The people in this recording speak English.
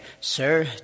Sir